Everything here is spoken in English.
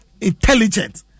intelligent